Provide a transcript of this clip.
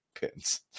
pins